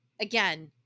again